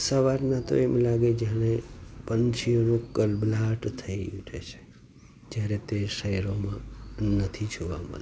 સવારમાં તો એમ લાગે જાણે પંછીઓનો ક્લબલાહટ થઈ ઉઠે છે જયારે તે શહેરોમાં નથી જોવા મળતું